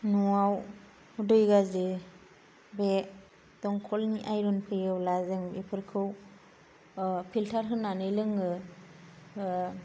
न'आव दै गाज्रि बे दमखलनि आइरन फैयोबा जों बेफोरखौ फिलतार होनानै लोङो